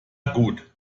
gut